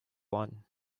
one